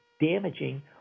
damaging